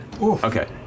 Okay